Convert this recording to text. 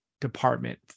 department